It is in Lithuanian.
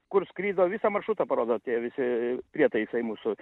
kur skrido visą maršrutą parodo tie visi prietaisai mūsų